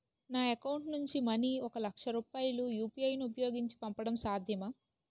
నా అకౌంట్ నుంచి మనీ ఒక లక్ష రూపాయలు యు.పి.ఐ ను ఉపయోగించి పంపడం సాధ్యమా?